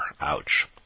Ouch